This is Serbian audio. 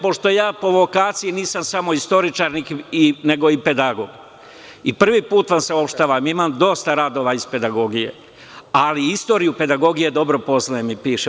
Pošto ja po vokaciji nisam samo istoričar nego i pedagog, prvi put vam saopštavam, imam dosta radova iz pedagogije, ali, istoriju pedagogije dobro poznajem i pišem.